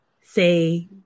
say